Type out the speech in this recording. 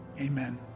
Amen